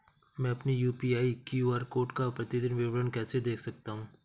मैं अपनी UPI QR code का प्रतीदीन विवरण कैसे देख सकता हूँ?